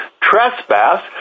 trespass